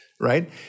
right